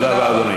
תודה רבה.